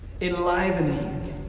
enlivening